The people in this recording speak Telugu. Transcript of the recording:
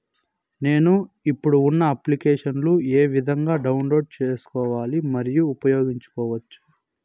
నేను, ఇప్పుడు ఉన్న అప్లికేషన్లు ఏ విధంగా డౌన్లోడ్ సేసుకోవచ్చు మరియు ఉపయోగించొచ్చు?